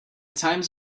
times